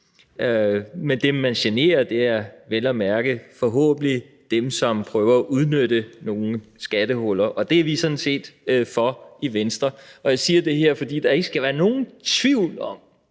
Men dem, som man generer, er vel at mærke forhåbentlig dem, som prøver at udnytte nogle skattehuller, og det er vi sådan set for i Venstre. Jeg siger det her, fordi der ikke skal være nogen tvivl om,